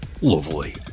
lovely